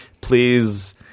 Please